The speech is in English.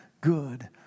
good